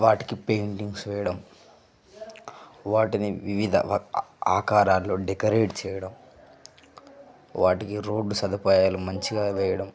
వాటికి పెయింటింగ్స్ వేయడం వాటిని వివిధ ఆకారాల్లో డెకరేట్ చేయడం వాటికి రోడ్డు సదుపాయాలు మంచిగా వేయడం